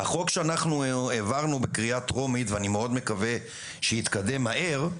הצעת החוק שהעברנו בקריאה טרומית ואני מקווה מאוד שתתקדם מהר,